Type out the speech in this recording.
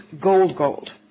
gold-gold